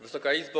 Wysoka Izbo!